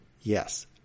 yes